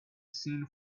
seen